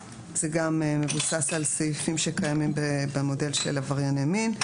זה גם מבוסס על סעיפים שקיימים במודל של עברייני מין.